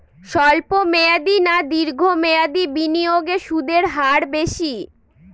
স্বল্প মেয়াদী না দীর্ঘ মেয়াদী বিনিয়োগে সুদের হার বেশী?